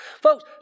folks